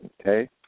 Okay